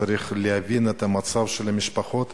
צריך להבין את המצב של המשפחות.